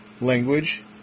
language